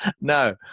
No